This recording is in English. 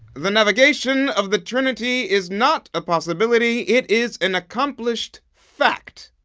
the navigation of the trinity is not a possibility it is an accomplished fact.